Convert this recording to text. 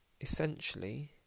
essentially